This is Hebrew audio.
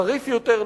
חריף יותר,